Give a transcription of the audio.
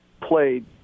played